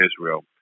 Israel